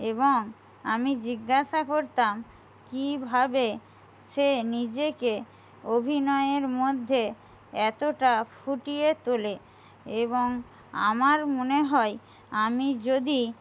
এবং আমি জিজ্ঞাসা করতাম কীভাবে সে নিজেকে অভিনয়ের মধ্যে এতোটা ফুটিয়ে তোলে এবং আমার মনে হয় আমি যদি